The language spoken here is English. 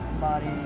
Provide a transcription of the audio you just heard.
body